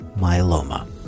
myeloma